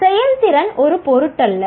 செயல்திறன் ஒரு பொருட்டல்ல